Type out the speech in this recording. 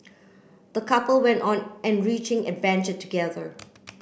the couple went on enriching adventure together